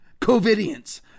COVIDians